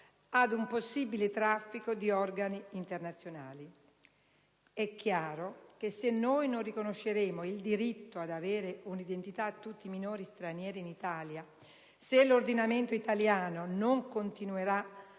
ad un possibile traffico internazionale di organi. È chiaro che se non riconosceremo il diritto ad avere un'identità a tutti i minori stranieri in Italia e se l'ordinamento italiano non continuerà